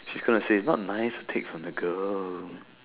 she's gonna say not nice to take from the girl